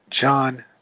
John